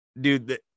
dude